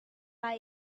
pak